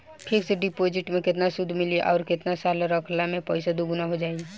Fix deposit मे केतना सूद मिली आउर केतना साल रखला मे पैसा दोगुना हो जायी?